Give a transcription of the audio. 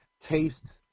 taste